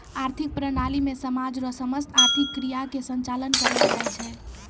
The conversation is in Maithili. आर्थिक प्रणाली मे समाज रो समस्त आर्थिक क्रिया के संचालन करलो जाय छै